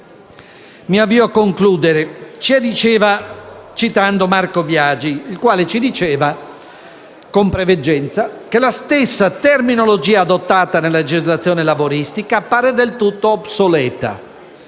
Mi avvio a concludere, citando Marco Biagi, il quale ci diceva, con preveggenza, che «la stessa terminologia adottata nella legislazione lavoristica (...) appare del tutto obsoleta.